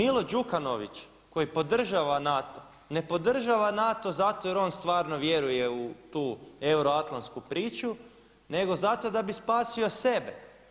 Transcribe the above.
I Milo Đukanović koji podržava NATO ne podržava NATO zato jer on stvarno vjeruje u tu euroatlantsku priču nego zato da bi spasio sebe.